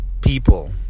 people